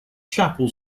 chapel